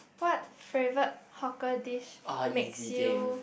what favourite hawker dish makes you